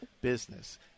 business